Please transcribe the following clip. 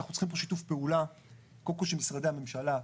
אנחנו צריכים פה שיתוף פעולה קודם כל של משרדי הממשלה,